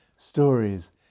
stories